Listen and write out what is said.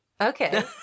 Okay